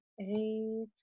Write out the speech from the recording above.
eight